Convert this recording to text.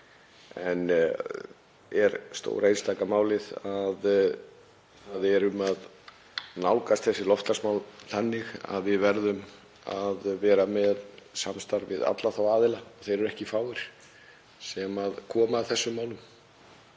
en er stóra einstaka málið: Við erum að nálgast þessi loftslagsmál þannig að við verðum að vera með samstarf við alla þá aðila, og þeir eru ekki fáir, sem koma að þessum málum.